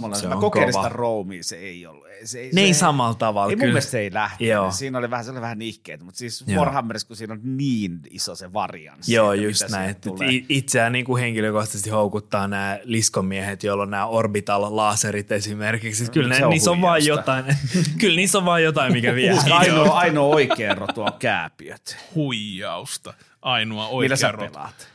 Mulla on Se se- mä on kokeilin kova. sitä roomia, se ei ollut- ei- se- Niin se- samalla tavalla, ei mun kyllä. mielestä se ei lähtenyt. Joo. Siinä oli vähän- se oli vähän nihkeetä, mut siis Joo. Warhammerissa, kun siinä on niin iso se varianssi, Joo, että mitä just näin. sieltä Et tulee. i- itseään niinku henkilökohtaisesti houkuttaa nää liskomiehet, joilla on nää orbital laserit esimerkiksi. Siis kyllä Se ne- on niissä on vaan huijausta. jotain. Kyllä niissä on vaan jotain, mikä vie. Ainoa- ainoa oikea rotu on kääpiöt. Huijausta. Ainoa Millä sä oikea rotu. pelaat?